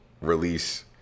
release